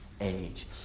age